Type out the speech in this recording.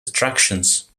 attractions